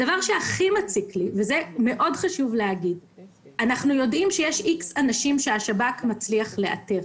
הדבר שהכי מציק לי זה שאנחנו יודעים שיש איקס אנשים שהשב"כ מצליח לאתר,